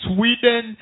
Sweden